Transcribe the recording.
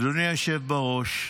אדוני היושב בראש,